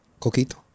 Coquito